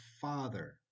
Father